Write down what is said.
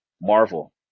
Marvel